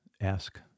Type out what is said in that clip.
ask